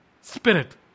spirit